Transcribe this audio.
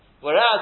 Whereas